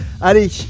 Allez